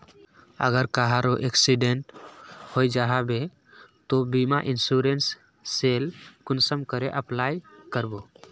अगर कहारो एक्सीडेंट है जाहा बे तो बीमा इंश्योरेंस सेल कुंसम करे अप्लाई कर बो?